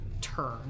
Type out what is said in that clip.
turn